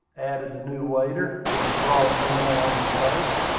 added the new waiter, with a broad grin on his face.